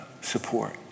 support